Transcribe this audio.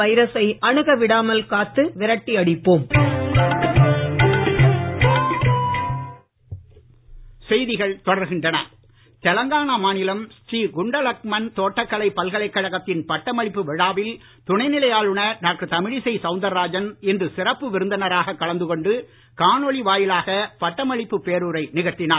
தில்லை வேல் கூறுகையில் வாய்ஸ் பட்டமளிப்புவிழா தெலங்கானா மாநிலம் ஸ்ரீ குண்ட லக்மன் தோட்டக்கலை பல்கலைக் கழகத்தின் பட்டமளிப்பு விழாவில் துணைநிலை ஆளுநர் டாக்டர் தமிழிசை சவுந்தராஜன் இன்று சிறப்பு விருந்தினராக கலந்து கொண்டு காணொளி வாயிலாக பட்டமளிப்பு பேருரை நிகழ்த்தினார்